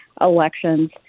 elections